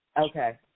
Okay